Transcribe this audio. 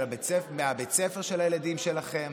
מהבית ספר של הילדים שלכם,